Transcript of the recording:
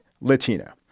Latino